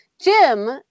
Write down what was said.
Jim